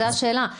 זאת השאלה.